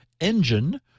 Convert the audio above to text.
engine